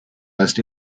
most